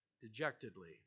dejectedly